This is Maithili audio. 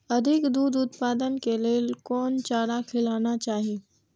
अधिक दूध उत्पादन के लेल कोन चारा खिलाना चाही?